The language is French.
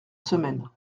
semaine